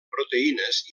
proteïnes